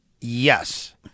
Yes